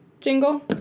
jingle